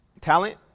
Talent